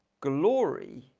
glory